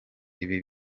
ibi